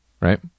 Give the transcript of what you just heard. Right